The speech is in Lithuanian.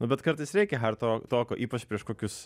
nu bet kartais reikia hard to toko ypač prieš kokius